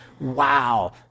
Wow